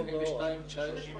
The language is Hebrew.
הנוספים כפי שעשיתי גם בישיבה